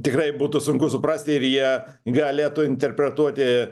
tikrai būtų sunku suprasti ir jie galėtų interpretuoti